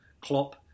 Klopp